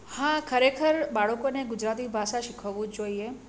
હા ખરેખર બાળકોને ગુજરાતી ભાષા શીખવવું જ જોઈએ